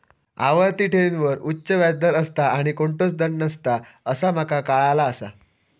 आवर्ती ठेवींवर उच्च व्याज दर असता आणि कोणतोच दंड नसता असा माका काळाला आसा